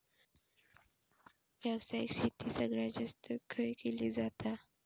व्यावसायिक शेती सगळ्यात जास्त खय केली जाता?